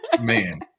Man